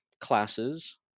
classes